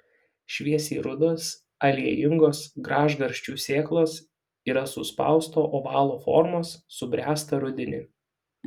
šviesiai rudos aliejingos gražgarsčių sėklos yra suspausto ovalo formos subręsta rudenį